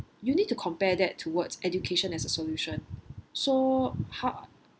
you need to compare that towards education as a solution so how